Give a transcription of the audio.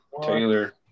Taylor